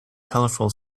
colorful